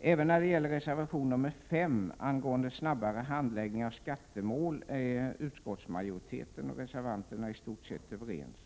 Även när det gäller reservation nr 5, angående snabbare handläggning av skattemål, är utskottsmajoriteten och reservanterna i stort sett överens.